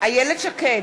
איילת שקד,